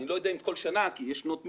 אני לא יודע אם כל שנה כי יש שנות מיתון,